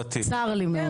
צר לי מאוד.